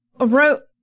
Wrote